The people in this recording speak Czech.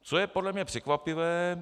Co je podle mě překvapivé.